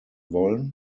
wollen